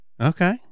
Okay